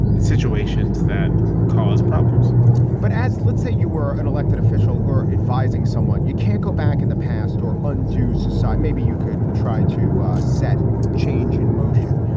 situations that cause problems but as let's say, you were an elected official or advising someone, you can't go back in the past or undo soci. so maybe you could try to set change in motion.